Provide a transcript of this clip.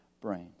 brains